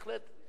בהחלט,